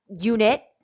unit